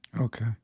Okay